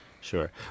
sure